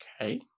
Okay